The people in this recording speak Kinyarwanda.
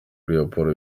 raporo